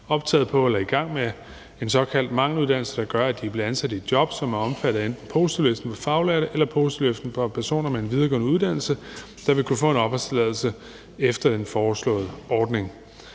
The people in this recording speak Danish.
optaget på eller i gang med en såkaldt mangeluddannelse, der gør, at de bliver ansat i et job, som er omfattet af enten positivlisten for faglærte eller positivlisten for personer med en videregående uddannelse, som vil kunne få en opholdstilladelse efter den foreslåede ordning.